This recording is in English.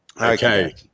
okay